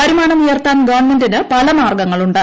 വരുമാന്ം ഉയർത്താൻ ഗവൺമെന്റിന് പല മാർഗ്ഗങ്ങളുണ്ട്